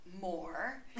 more